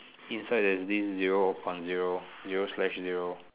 inside there's this zero on zero zero slash zero